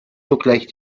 sogleich